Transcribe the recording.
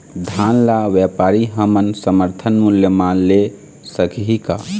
धान ला व्यापारी हमन समर्थन मूल्य म ले सकही का?